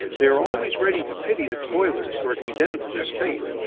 they are always ready to pity the toilers who are condemned to this fate,